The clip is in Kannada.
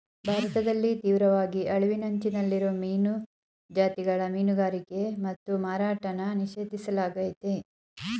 ಭಾರತದಲ್ಲಿ ತೀವ್ರವಾಗಿ ಅಳಿವಿನಂಚಲ್ಲಿರೋ ಮೀನು ಜಾತಿಗಳ ಮೀನುಗಾರಿಕೆ ಮತ್ತು ಮಾರಾಟನ ನಿಷೇಧಿಸ್ಲಾಗಯ್ತೆ